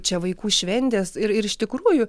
čia vaikų šventės ir ir iš tikrųjų